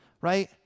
right